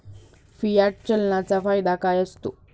Fiat चलनाचा फायदा काय असतो?